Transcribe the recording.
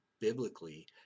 biblically